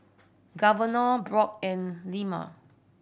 Governor Brook and Llma